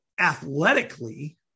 athletically